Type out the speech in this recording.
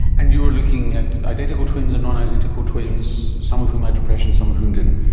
and you were looking at identical twins and non-identical twins some of whom had depression, some of whom didn't?